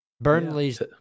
Burnley's